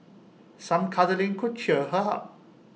some cuddling could cheer her up